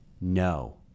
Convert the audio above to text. no